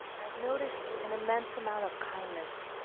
i've noticed an immense amount of kindness